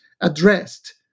addressed